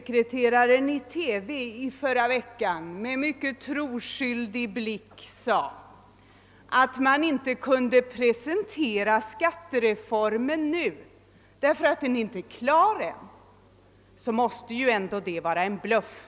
kreteraren i TV i förra veckan med en mycket troskyldig blick sade att man inte kunde presentera skattereformen nu, därför att den inte är klar än, så måste det ändå vara en bluff.